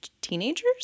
teenagers